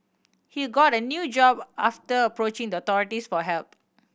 he got a new job after approaching the authorities for help